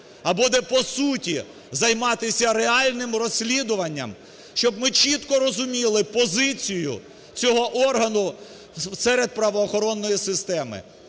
а буде по суті займатися реальним розслідуванням, щоб ми чітко розуміли позицію цього органу серед правоохоронної системи.